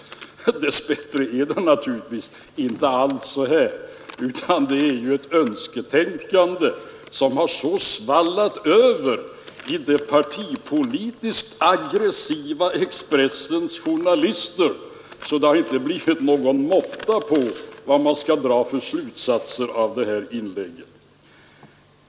Men dess bättre är det naturligtvis inte alls så, utan detta är önsketänkande som har så svallat över hos de partipolitiskt aggressiva Expressenjournalisterna att det inte har blivit någon måtta på vad man kan dra för slutsatser av det inlägget.